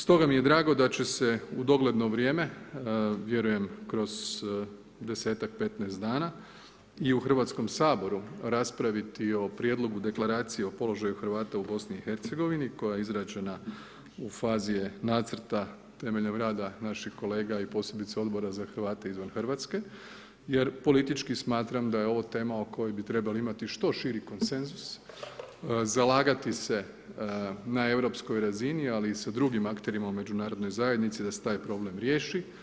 Stoga mi je drago da će se u dogledno vrijeme, vjerujem kroz 10-15 dana i u Hrvatskom saboru raspraviti o prijedlogu Deklaracije o položaju Hrvata u BiH koja je izrađena u fazi je nacrta temeljem rada naših kolega i posebice Odbora za Hrvate izvan Hrvatske jer politički smatram da je ovo tema o kojoj bi trebali imati što širi konsenzus, zalagati se na europskoj razini, ali i sa drugim akterima u međunarodnoj zajednici da se taj problem riješi.